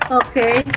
okay